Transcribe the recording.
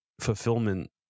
Fulfillment